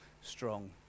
strong